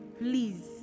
Please